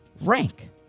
rank